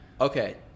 Okay